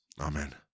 Amen